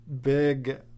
Big